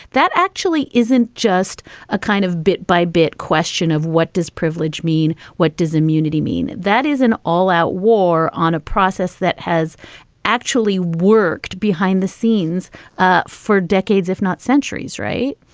that actually isn't just a kind of bit by bit question of what does privilege mean, what does immunity mean? that is an all out war on a process that has actually worked behind the scenes ah for decades, if not centuries, right?